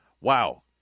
Wow